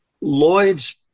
Lloyd's